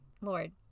Lord